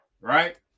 Right